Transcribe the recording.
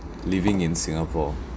living in singapore